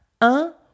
Un